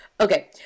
Okay